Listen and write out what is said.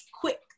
quick